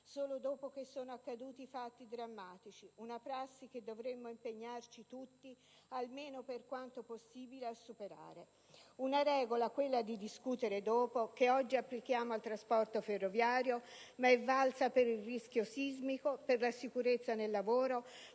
solo dopo che sono accaduti fatti drammatici: è una prassi che dovremmo impegnarci tutti, almeno per quanto possibile, a superare. È una regola - quella di discutere dopo - che oggi applichiamo al trasporto ferroviario, ma è valsa per il rischio sismico, per la sicurezza nel lavoro,